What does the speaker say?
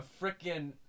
freaking